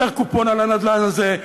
ומי גוזר קופון על הנדל"ן הזה,